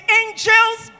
angels